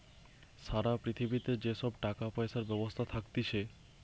সারা পৃথিবীতে যে সব টাকা পয়সার ব্যবস্থা থাকতিছে